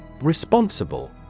Responsible